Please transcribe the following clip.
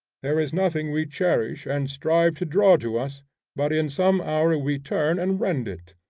there is nothing we cherish and strive to draw to us but in some hour we turn and rend it.